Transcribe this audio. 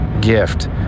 gift